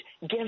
give